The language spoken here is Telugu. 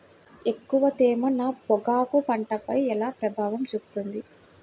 ఎక్కువ తేమ నా పొగాకు పంటపై ఎలా ప్రభావం చూపుతుంది?